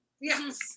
Yes